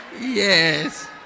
Yes